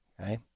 Okay